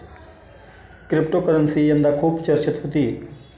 cryptocurrency यंदा खूप चर्चेत होती